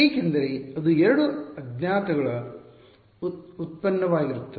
ಏಕೆಂದರೆ ಅದು 2 ಅಜ್ಣಾತಗಳ ಗೊತ್ತಿಲ್ಲದಿರುವುಗಳ ಉತ್ಪನ್ನವಾಗಿರುತ್ತದೆ